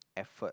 effort